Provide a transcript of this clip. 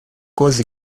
causes